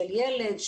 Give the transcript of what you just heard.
של הילד,